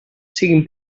siguen